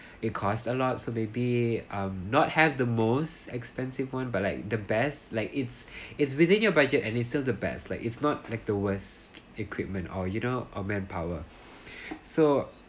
it costs a lot so maybe um not had the most expensive one but like the best like it's it's within your budget and it still the best like it's not like the worst equipment or you know or manpower so